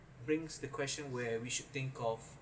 brings the question where we should think of